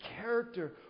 character